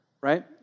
right